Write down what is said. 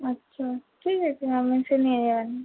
আচ্ছা ঠিক আছে আপনি এসে নিয়ে যাবেন